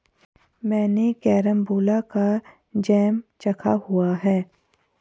मैंने कैरमबोला का जैम चखा हुआ है